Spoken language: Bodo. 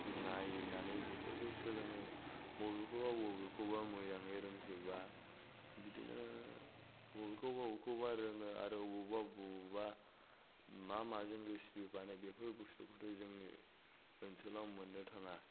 नायनानै बेफोरखौ सोलोङो बबेखौबा बबेखौबा मोजाङै रोंजोबा बिदिनो बबेखौबा बबेखौबा रोङो आरो बबेबा बबेबा मा माजों रेसिपि बानायो बेफोर बुस्तुखौथ' जोंनि ओनसोलाव मोन्नो थाङा